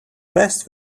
best